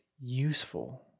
useful